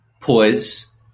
poise